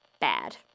bad